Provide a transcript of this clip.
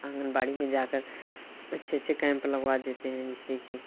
आंगनबाड़ी में जा कर अच्छे अच्छे कैंप लगवा देते हैं जिससे कि